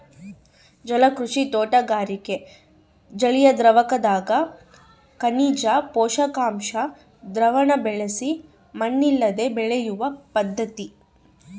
ಜಲಕೃಷಿ ತೋಟಗಾರಿಕೆ ಜಲಿಯದ್ರಾವಕದಗ ಖನಿಜ ಪೋಷಕಾಂಶ ದ್ರಾವಣ ಬಳಸಿ ಮಣ್ಣಿಲ್ಲದೆ ಬೆಳೆಯುವ ಪದ್ಧತಿ